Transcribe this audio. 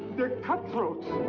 they're cutthroats!